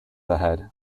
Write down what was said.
ahead